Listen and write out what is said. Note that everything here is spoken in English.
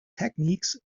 techniques